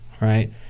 right